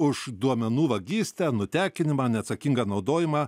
už duomenų vagystę nutekinimą neatsakingą naudojimą